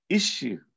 issue